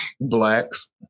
blacks